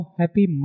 happy